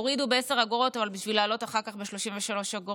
הורידו ב-10 אגורות אבל בשביל להעלות אחר כך ב-33 אגורות.